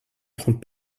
prends